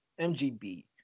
MGB